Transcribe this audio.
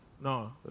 no